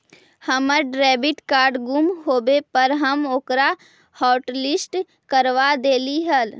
हमर debit card गुम होवे पर हम ओकरा हॉटलिस्ट करवा देली हल